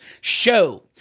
Show